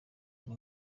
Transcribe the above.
ari